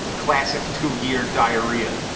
classic two-gear diarrhea!